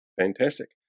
Fantastic